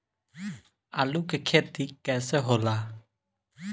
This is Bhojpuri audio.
आलू के खेती कैसे होला?